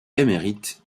émérite